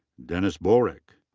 dennis borik.